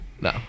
No